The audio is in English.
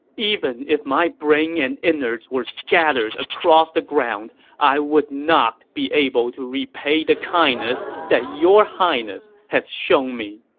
even if my brain and innards were scattered across the ground, i would not be able to repay the kindness that your highness has shown me!